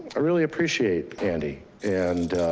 i really appreciate andy and